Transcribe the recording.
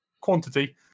quantity